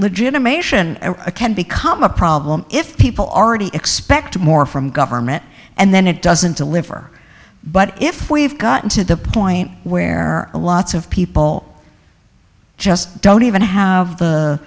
legitimation can become a problem if people already expect more from government and then it doesn't deliver but if we've gotten to the point where lots of people just don't even have the